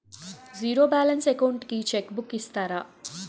Zero balance account కి check book ఇస్తారా?